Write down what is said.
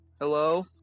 Hello